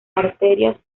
arterias